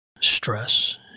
stress